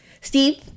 steve